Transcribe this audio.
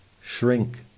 shrink